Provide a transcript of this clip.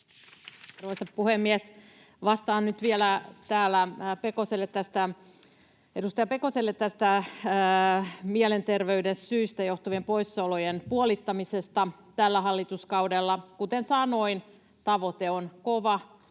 Arvoisa puhemies! Vastaan nyt vielä täällä edustaja Pekoselle mielenterveyden syistä johtuvien poissaolojen puolittamisesta tällä hallituskaudella. Kuten sanoin, tavoite on kova,